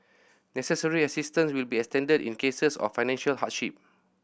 necessary assistance will be extended in cases of financial hardship